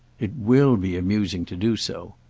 it will be amusing to do so.